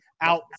out